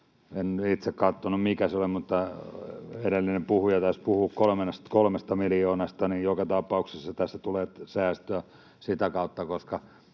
en itse katsonut, mikä se oli, mutta edellinen puhuja tässä puhui 3 miljoonasta — niin joka tapauksessa tässä tulee säästöä sitä kautta, että